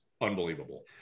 unbelievable